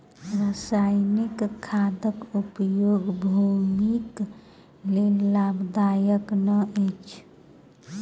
रासायनिक खादक उपयोग भूमिक लेल लाभदायक नै अछि